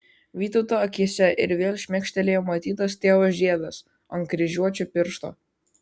vytauto akyse ir vėl šmėkštelėjo matytas tėvo žiedas ant kryžiuočio piršto